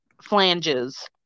flanges